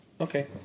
Okay